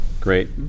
Great